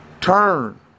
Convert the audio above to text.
Turn